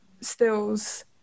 stills